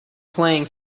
playing